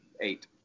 eight